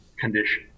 condition